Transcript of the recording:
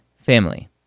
family